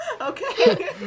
Okay